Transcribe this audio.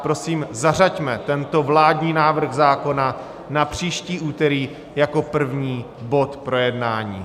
Prosím, zařaďme tento vládní návrh zákona na příští úterý jako první bod projednání.